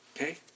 Okay